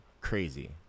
crazy